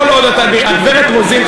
הגברת רוזין,